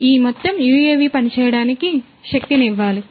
ఈ మొత్తం యుఎవి పనిచేయడానికి శక్తినివ్వాలి